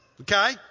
Okay